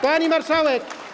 Pani Marszałek!